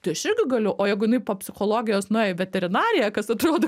tai aš irgi galiu o jeigu jinai po psichologijos nuėjo veterinariją kas atrodo